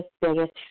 biggest